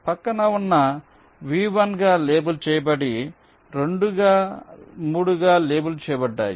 పక్కన ఉన్న వి 1 గా లేబుల్ చేయబడి 2 గా 3 గా లేబుల్ చేయబడ్డాయి